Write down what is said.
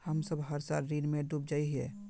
हम सब हर साल ऋण में डूब जाए हीये?